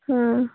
হ্যাঁ